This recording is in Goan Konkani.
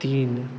तीन